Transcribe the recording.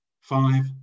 five